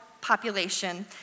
population